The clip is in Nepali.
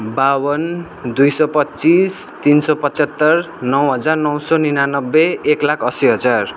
बाउन दुई सौ पच्चिस तिन सौ पच्हत्तर नौ हजार नौ सौ निनानब्बे एक लाख अस्सी हजार